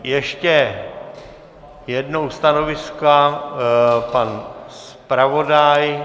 Ještě jednou stanoviska pan zpravodaj.